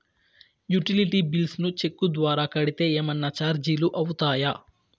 Utility bills ను cheque ద్వారా కట్టితే ఏమన్నా చార్జీలు అవుతాయా?